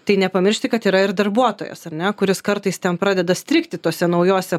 tai nepamiršti kad yra ir darbuotojas ar ne kuris kartais ten pradeda strigti tose naujose